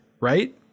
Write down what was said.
right